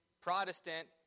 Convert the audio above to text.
Protestant